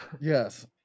Yes